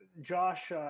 Josh